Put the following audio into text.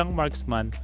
um marksman